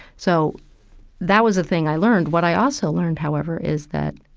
so that was a thing i learned. what i also learned, however, is that